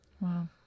Wow